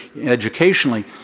educationally